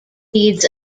needs